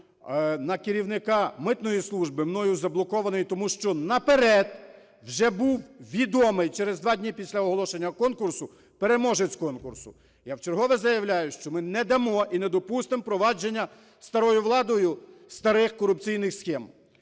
на керівника митної служби мною заблокований, тому що наперед вже був відомий, через два дні після оголошення конкурсу переможець конкурсу. Я вчергове заявляю, що ми не дамо і не допустимо провадження старою владою старих корупційних схем.